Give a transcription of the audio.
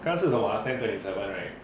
干是什么 ah ten twenty seven right